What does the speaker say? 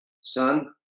son